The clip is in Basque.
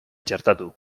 txertatu